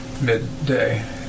midday